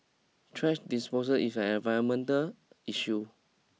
trash disposal is an environmental issue